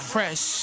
Fresh